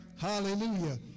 Hallelujah